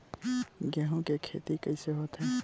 गेहूं के खेती कइसे होथे?